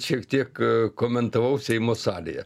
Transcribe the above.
šiek tiek komentavau seimo salėje